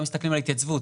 לא מסתכלים על התייצבות,